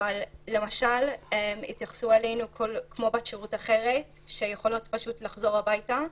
אבל למשל התייחסו אלינו כמו בת שירות אחרת שיכולות פשוט לחזור הביתה.